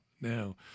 now